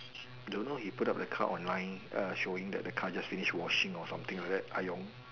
don't know he put the car up online err showing the car just finish washing or something like that !aiyo!